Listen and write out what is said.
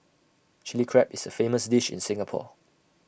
Chilli Crab is A famous dish in Singapore